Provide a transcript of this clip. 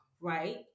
right